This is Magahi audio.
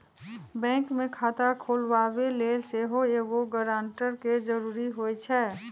बैंक में खता खोलबाबे लेल सेहो एगो गरानटर के जरूरी होइ छै